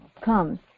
comes